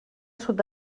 sud